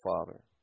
father